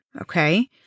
okay